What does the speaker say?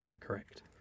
Correct